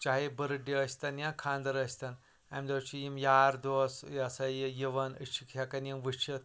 چاہے بٔرٕڑڈے ٲسۍ تَن یا خاندَر ٲسۍ تَن اَمہِ دۄہ چھِ یِم یار دوس یہِ ہَسا یہِ یِوان أسۍ چھِکھ ہٮ۪کَان یِم وٕچھِتھ